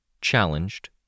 challenged